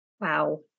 Wow